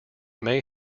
may